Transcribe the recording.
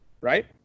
right